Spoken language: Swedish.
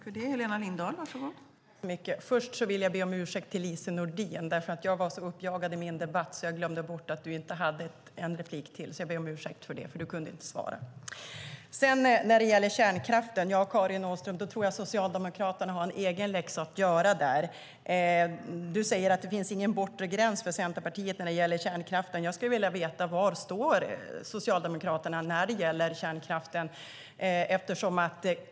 Fru talman! Först vill jag be Lise Nordin om ursäkt. Jag var så uppjagad i min debatt att jag glömde bort att du inte hade en replik till. Du kunde alltså inte svara, så jag ber om ursäkt. När det gäller kärnkraften, Karin Åström, tror jag att Socialdemokraterna har en egen läxa att göra. Du säger att det inte finns någon bortre gräns för Centerpartiet när det gäller kärnkraften. Jag skulle vilja veta var Socialdemokraterna står när det gäller kärnkraften.